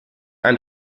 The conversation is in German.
ein